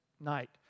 night